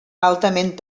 altament